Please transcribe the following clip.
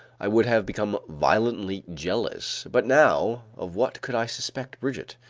i would have become violently jealous but now, of what could i suspect brigitte?